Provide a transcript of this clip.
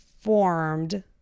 formed